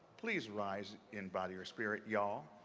please rise in body or spirit, y'all.